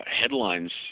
headlines